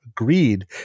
agreed